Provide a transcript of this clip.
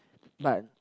but